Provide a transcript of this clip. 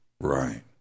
Right